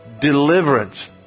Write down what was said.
deliverance